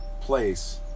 place